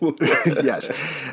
Yes